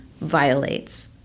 violates